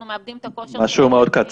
אנחנו מאבדים את הכושר של ילדים.